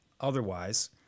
otherwise